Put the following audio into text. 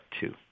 two